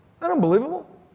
Unbelievable